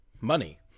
Money